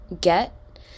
get